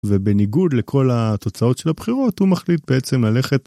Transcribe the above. ובניגוד לכל התוצאות של הבחירות, הוא מחליט בעצם ללכת